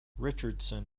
richardson